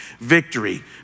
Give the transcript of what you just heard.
Victory